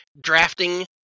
Drafting